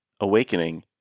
Awakening